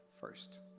first